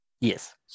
Yes